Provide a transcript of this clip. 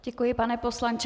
Děkuji, pane poslanče.